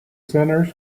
sinners